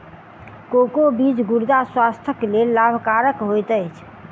cocoa बीज गुर्दा स्वास्थ्यक लेल लाभकरक होइत अछि